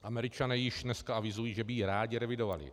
Američané již dneska avizují, že by ji rádi revidovali.